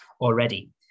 already